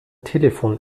telefon